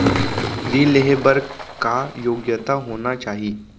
ऋण लेहे बर का योग्यता होना चाही?